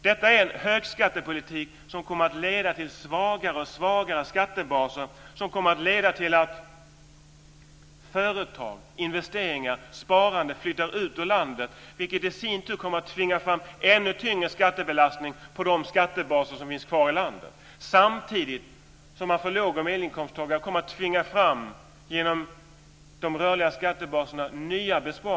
Detta är en högskattepolitik som kommer att leda till svagare och svagare skattebaser och som kommer att leda till att företag, investeringar och sparande flyttar ut ur landet vilket i sin tur kommer att tvinga fram ännu tyngre skattebelastning på de skattebaser som finns kvar i landet. Samtidigt kommer man för låg och medelinkomsttagare att tvinga fram nya besparingar genom de rörliga skattebaserna.